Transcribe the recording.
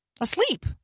asleep